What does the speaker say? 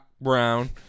Brown